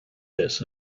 this